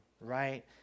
right